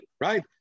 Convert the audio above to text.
right